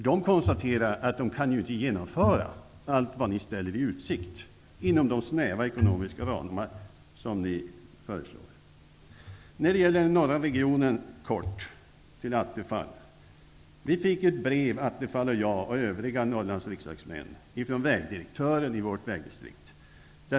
Där konstateras det att man inte kan genomföra allt som trafikutskottet ställer i utsikt inom de snäva ekonomiska ramar som föreslås. Jag vill säga något kort om den norra regionen. Norrlandsriksdagsmän fick ett brev från vägdirektören i vårt vägdistrikt.